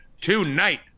tonight